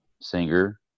singer